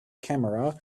camera